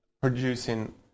producing